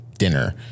Dinner